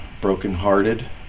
broken-hearted